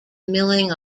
milling